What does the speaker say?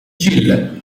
gill